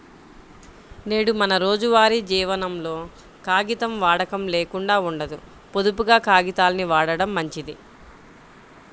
నేడు మన రోజువారీ జీవనంలో కాగితం వాడకం లేకుండా ఉండదు, పొదుపుగా కాగితాల్ని వాడటం మంచిది